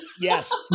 Yes